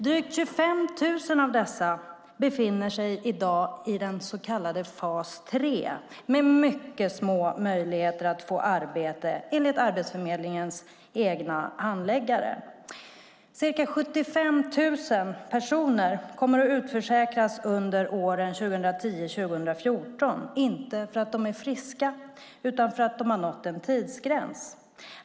Drygt 25 000 av dessa befinner sig i dag i den så kallade fas 3 med mycket små möjligheter att få arbete enligt Arbetsförmedlingens egna handläggare. Ca 75 000 personer kommer att utförsäkras under åren 2010-2014, inte för att de är friska utan för att de har nått en tidsgräns.